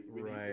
right